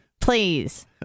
Please